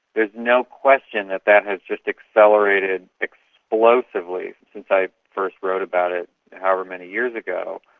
there's no question that that has just accelerated explosively since i first wrote about it however many years ago.